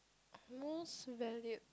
most valued